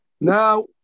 now